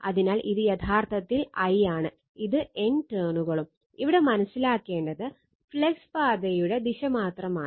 അതിനാൽ ഇത് യഥാർത്ഥത്തിൽ I ആണ് ഇത് N ടേണുകളും ഇവിടെ മനസിലാക്കേണ്ടത് ഫ്ലക്സ് പാതയുടെ ദിശ മാത്രമാണ്